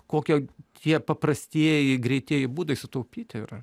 kokie tie paprastieji greitieji būdai sutaupyti yra